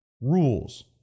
rules